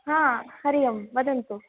हा हरि ओं ववदन्तु